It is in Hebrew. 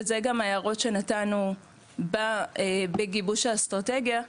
ואלו גם ההערות שנתנו בגיבוש האסטרטגיה,